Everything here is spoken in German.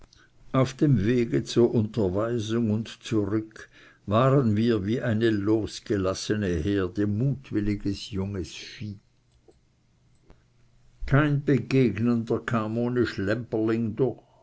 auf dem wege zur unterweisung und zurück waren wir wie eine losgelassene herde mutwilliges junges vieh kein begegnender kam